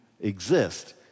exist